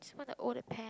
I want to own a pet